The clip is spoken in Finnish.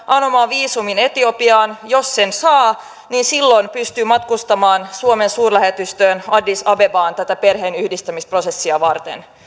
anomaan sieltä viisumia etiopiaan ja jos sen saa niin silloin pystyy matkustamaan suomen suurlähetystöön addis abebaan tätä perheenyhdistämisprosessia varten